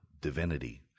divinity